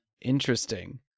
Interesting